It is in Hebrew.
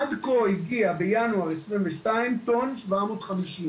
עד כה הגיע בחודש ינואר 2022 כטון ו-750 ק"ג.